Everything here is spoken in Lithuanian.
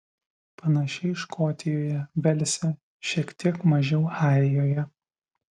panašiai škotijoje velse šiek tiek mažiau airijoje